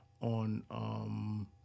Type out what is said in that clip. on